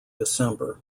december